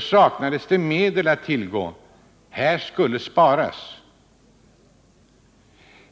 saknas det medel härför. Här skall sparas.